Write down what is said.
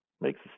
makes